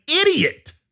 idiot